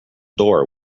door